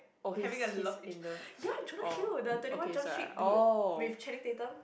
having a love ya Jonah-Hill the twenty one jump street dude with Channing-Tatum